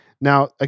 now